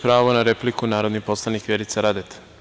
Pravo na repliku narodni poslanik Vjerica Radeta.